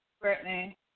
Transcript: Brittany